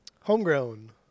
Homegrown